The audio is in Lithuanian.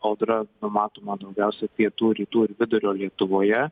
audra numatoma daugiausiai pietų rytų ir vidurio lietuvoje